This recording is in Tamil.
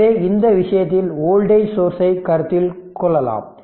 எனவே இந்த விஷயத்தில வோல்டேஜ் சோர்ஸ் ஐ கருத்தில் கொள்ளலாம்